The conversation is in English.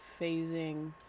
phasing